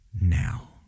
now